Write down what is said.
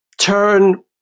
turn